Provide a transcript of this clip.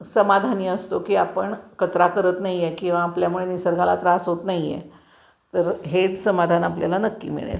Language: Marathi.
समाधानी असतो की आपण कचरा करत नाही आहे किंवा आपल्यामुळे निसर्गाला त्रास होत नाही आहे तर हेच समाधान आपल्याला नक्की मिळेल